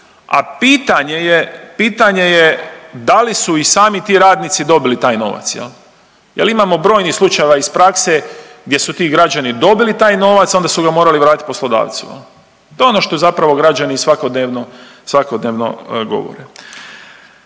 a pitanje je da li su i ti sami ti radnici dobili taj novac jer imamo brojnih slučajeva iz prakse gdje su ti građani dobili taj novac, onda su ga morali vratiti poslodavcu, to je ono što zapravo građani svakodnevno govore.